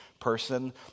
person